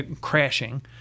crashing